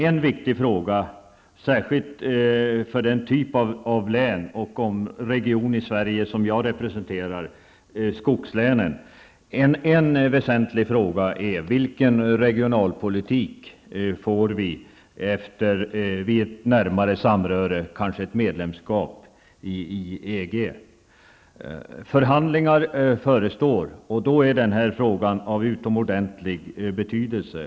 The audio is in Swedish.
En viktig fråga, särskilt för den typ av region i Sverige som jag representerar, nämligen skogslänen, är: Vilken regionalpolitik får vi vid ett närmare samröre, kanske ett medlemskap, i EG? Förhandlingar förestår, och då är frågan av utomordentlig betydelse.